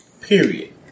Period